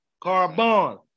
Carbon